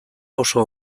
oso